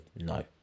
no